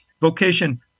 Vocation